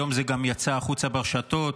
היום זה גם יצא החוצה ברשתות.